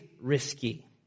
risky